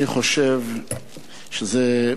אני חושב שזה,